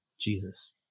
Jesus